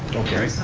okay.